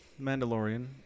Mandalorian